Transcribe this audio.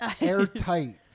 airtight